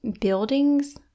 buildings